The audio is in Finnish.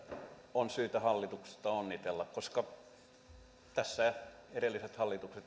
on syytä hallitusta onnitella koska edelliset hallitukset